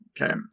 Okay